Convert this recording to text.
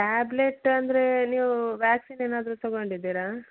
tablet ಅಂದರೆ ನೀವು vaccine ಏನಾದರೂ ತೊಗೊಂಡಿದ್ದೀರಾ